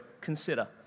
consider